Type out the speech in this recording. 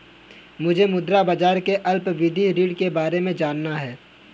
मुझे मुद्रा बाजार के अल्पावधि ऋण के बारे में जानना है